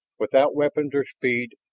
without weapons or speed,